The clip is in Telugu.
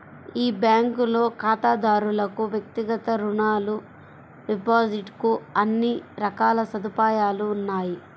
ఈ బ్యాంకులో ఖాతాదారులకు వ్యక్తిగత రుణాలు, డిపాజిట్ కు అన్ని రకాల సదుపాయాలు ఉన్నాయి